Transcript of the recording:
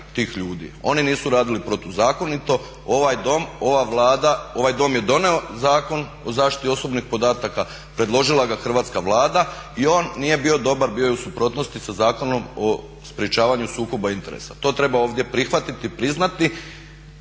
Oni nisu radili protuzakonito. Ovaj Dom, ova Vlada, ovaj Dom je doneo Zakon o zaštiti osobnih podataka, predložila ga hrvatska Vlada i on nije bio dobar, bio je u suprotnosti sa Zakonom o sprječavanju sukoba interesa. To treba ovdje prihvatiti, priznati,